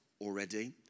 already